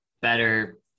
better